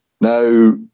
Now